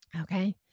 Okay